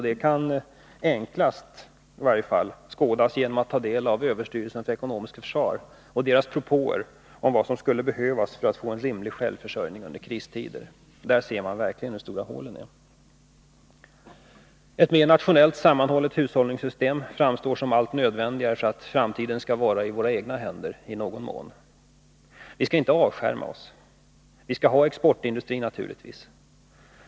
Det kan enklast skådas om man tar del av överstyrelsens för ekonomiskt försvar propåer om vad som behövs för att vi skall få en rimlig självförsörjning under kristider. Där ser man verkligen hur stora hålen är. Ett mera sammanhållet nationellt hushållningssystem framstår som allt nödvändigare för att framtiden i någon mån skall vara i våra egna händer. Vi skall inte avskärma oss. Vi skall naturligtvis ha exportindustri.